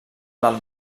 del